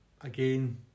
again